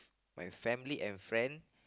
my family and friend